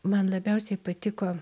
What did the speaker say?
man labiausiai patiko